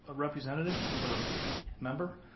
representative or member.